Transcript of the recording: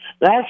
Last